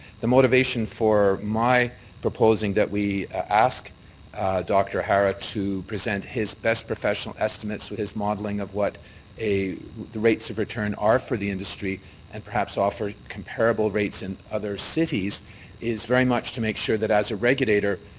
the motivation for my proposing that we ask dr. hara to present his best professional estimates with his models of what the rates of return are for the industry and perhaps offer comparable rates in other cities is very much to make sure that as a regulator,